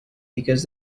because